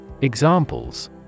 Examples